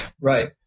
Right